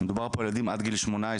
מדובר פה על ילדים עד גיל 18,